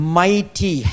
mighty